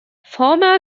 formal